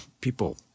people